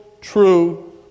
true